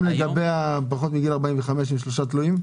גם לגבי פחות מגיל 45 עם שלושה תלויים?